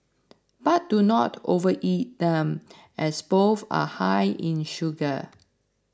but do not overeat them as both are high in sugar